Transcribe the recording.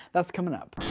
that's coming up.